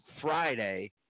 Friday